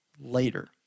later